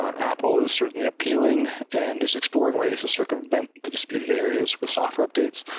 apple is certainly appealing and is exploring ways to circumvent the disputed areas with software updates.